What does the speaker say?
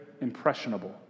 impressionable